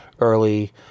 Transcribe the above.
early